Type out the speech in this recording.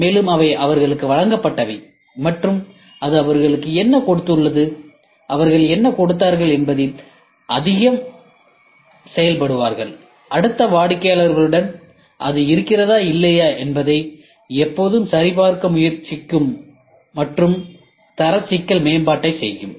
மேலும் அவை அவர்களுக்கு வழங்கப்பட்டவை மற்றும் இது அவர்களுக்கு என்ன கொடுக்கப்பட்டுள்ளது அவர்கள் என்ன கொடுத்தார்கள் என்பதில் அவர்கள் செயல்படுவார்கள் அடுத்த வாடிக்கையாளருடன் அது இருக்கிறதா இல்லையா என்பதை எப்போதும் சரிபார்க்க முயற்சிக்கும் மற்றும் தர சிக்கல் மேம்பாட்டைச் செய்யும்